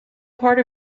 part